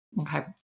Okay